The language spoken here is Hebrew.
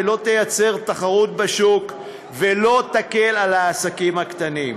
לא תיצור תחרות בשוק ולא תקל על העסקים הקטנים.